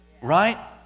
right